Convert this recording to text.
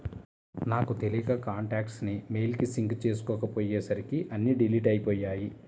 నాకు తెలియక కాంటాక్ట్స్ ని మెయిల్ కి సింక్ చేసుకోపొయ్యేసరికి అన్నీ డిలీట్ అయ్యిపొయ్యాయి